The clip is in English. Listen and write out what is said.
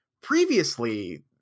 previously